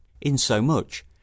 insomuch